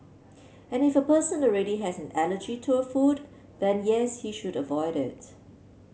and if a person already has an allergy to a food then yes he should avoid it